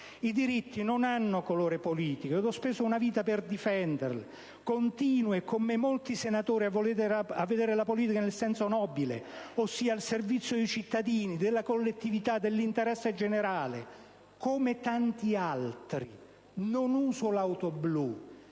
I diritti non hanno colore politico: ho speso una vita per difenderli, e continuo, e con me molti senatori, a vedere la politica nel senso nobile, ossia al servizio dei cittadini, della collettività e dell'interesse generale. Come tanti altri, non uso l'auto blu